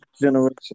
generation